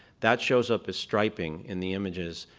that shows up as striping in the images.